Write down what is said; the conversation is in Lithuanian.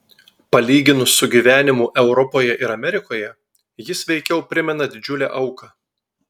palyginus su gyvenimu europoje ir amerikoje jis veikiau primena didžiulę auką